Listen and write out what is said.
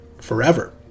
forever